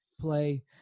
play